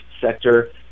sector